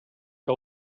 que